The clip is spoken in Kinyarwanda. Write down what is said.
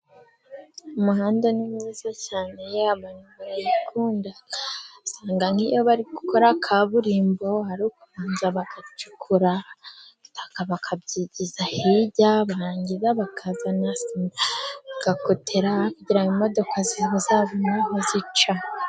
Umuhanda ni mwiza cyane, abantu barayikunda asanga niyo bari gukora kaburimbo, arukubanza bagacukura itaka bakabyigiza hirya, barangiza bakazana sima bagakotera kugirango, imodoka zibone aho zica.